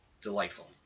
Delightful